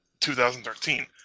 2013